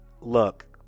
Look